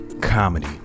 comedy